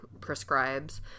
prescribes